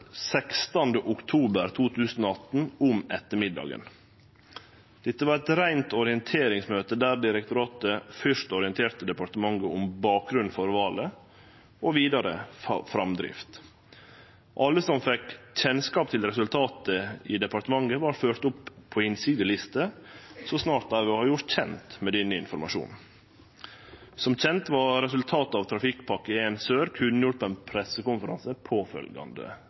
16. oktober 2018 om ettermiddagen. Dette var eit reint orienteringsmøte der direktoratet først orienterte departementet om bakgrunnen for valet og vidare framdrift. Alle som fekk kjennskap til resultatet i departementet, vart førte opp på innsideliste så snart dei vart gjort kjende med denne informasjonen. Som kjent vart resultatet av Trafikkpakke 1 Sør kunngjort på ein pressekonferanse